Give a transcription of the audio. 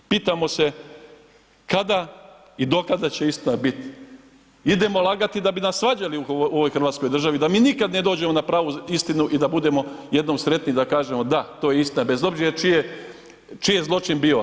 Pitamo se kada i do kada će istina biti, idemo lagati da bi nas svađali u ovoj Hrvatskoj državi da mi nikada ne dođemo na pravu istinu i da budemo jednom sretni i da kažemo da to je istina bez obzira čije, čiji zločin bio.